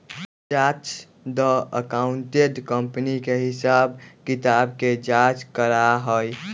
chartered accountant company के हिसाब किताब के जाँच करा हई